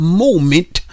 moment